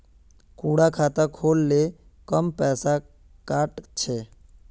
कुंडा खाता खोल ले कम पैसा काट छे?